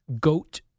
goat